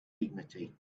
dignity